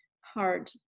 hard